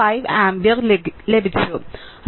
5 ampere ലഭിച്ചു